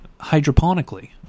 hydroponically